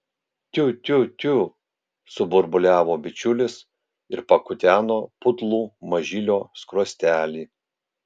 tiu tiu tiu suburbuliavo bičiulis ir pakuteno putlų mažylio skruostelį